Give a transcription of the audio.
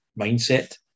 mindset